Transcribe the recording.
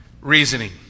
Reasoning